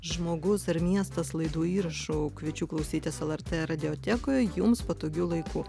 žmogus ir miestas laidų įrašų kviečiu klausytis lrt radiotekoje jums patogiu laiku